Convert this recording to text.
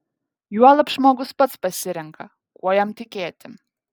juolab žmogus pats pasirenka kuo jam tikėti